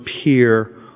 appear